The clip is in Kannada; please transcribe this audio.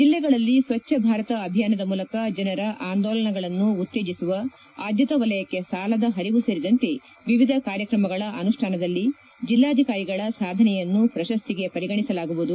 ಜಿಲ್ಲೆಗಳಲ್ಲಿ ಸ್ವಚ್ದ ಭಾರತ ಅಭಿಯಾನದ ಮೂಲಕ ಜನರ ಆಂದೋಲನಗಳನ್ನು ಉತ್ತೇಜಿಸುವ ಆದ್ಲತಾ ವಲಯಕ್ಕೆ ಸಾಲದ ಹರಿವು ಸೇರಿದಂತೆ ವಿವಿಧ ಕಾರ್ಯಕ್ರಮಗಳ ಅನುಷ್ವಾನದಲ್ಲಿ ಜಿಲ್ಲಾಧಿಕಾರಿಗಳ ಸಾಧನೆಯನ್ನು ಪ್ರಶಸ್ತಿಗೆ ಪರಿಗಣಿಸಲಾಗುವುದು